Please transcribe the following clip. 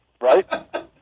Right